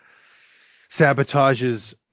sabotages